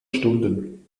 stunden